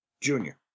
Junior